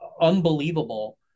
unbelievable